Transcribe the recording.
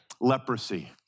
Leprosy